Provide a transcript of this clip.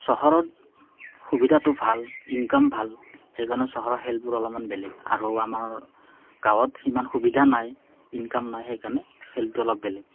চহৰত সুবিধাটো ভাল ইনকাম ভাল সেইকাৰণে চহৰৰ খেলবোৰ অলপমান বেলেগ আৰু আমাৰ গাঁৱত সিমান সুবিধা নাই ইনকাম নাই সেইকাৰণে খেলটো অলপ বেলেগ